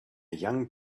young